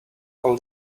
all